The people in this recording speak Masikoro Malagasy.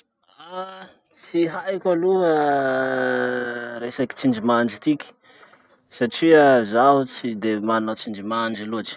tsy haiko aloha resaky tsindrimandry tiky satria zaho tsy de manao tsindrimandry loatsy.